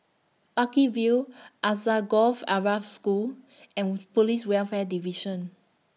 Lucky View Alsagoff Arab School and Police Welfare Division